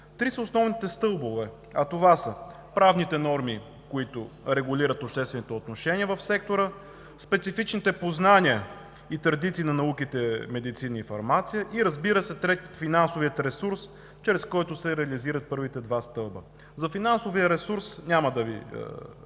Три са основните стълба, а това са: правните норми, които регулират обществените отношения в сектора; специфичните познания и традиции на науките „Медицина“ и „Фармация“; и третият, разбира се, е финансовият ресурс, чрез който се реализират първите два стълба. С финансовия ресурс няма да Ви